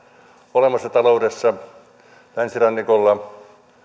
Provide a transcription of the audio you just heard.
olemassa taloudessa länsirannikolla